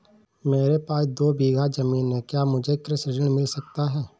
मेरे पास दो बीघा ज़मीन है क्या मुझे कृषि ऋण मिल सकता है?